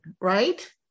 right